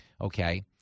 Okay